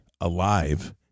alive